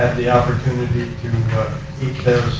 and the opportunity to eat